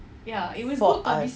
for us